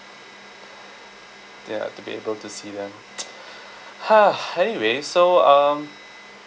ya to be able to see them !huh! anyway so um